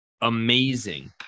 amazing